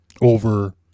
over